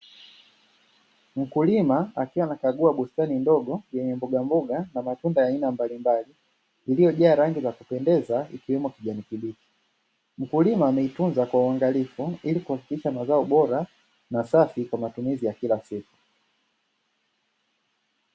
Mkulima akiwa anakagua bustani ndogo yenye mbogamboga na matunda ya aina mbalimbali iliyojaa rangi za kupendeza ikiwemo kijani kibichi. Mkulima ameitunza kwa uangalifu ili kuhakikisha mazao bora na safi kwa matumizi ya kila siku.